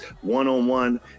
one-on-one